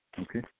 Okay